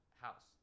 house